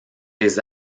des